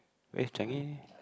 wait Changi